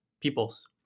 peoples